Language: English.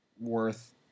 worth